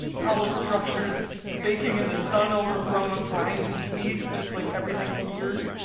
hollow structures baking in the sun, overgrown with vines and weeds, just like everything here.